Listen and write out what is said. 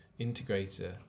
integrator